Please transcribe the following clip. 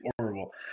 Horrible